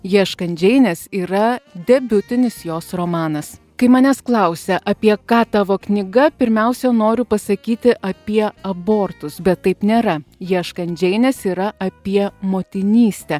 ieškant džeinės yra debiutinis jos romanas kai manęs klausia apie ką tavo knyga pirmiausia noriu pasakyti apie abortus bet taip nėra ieškant džeinės yra apie motinystę